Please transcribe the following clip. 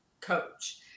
coach